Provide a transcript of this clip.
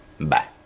Bye